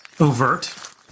overt